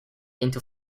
into